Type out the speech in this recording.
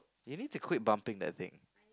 you need to quit bumping that thing